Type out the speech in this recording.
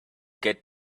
get